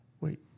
Wait